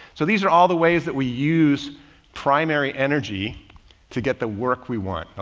so these are all the ways that we use primary energy to get the work we want.